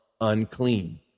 unclean